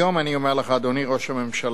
היום אני אומר לך, אדוני ראש הממשלה,